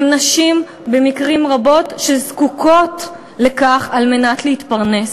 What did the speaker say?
הן נשים שבמקרים רבים זקוקות לכך על מנת להתפרנס.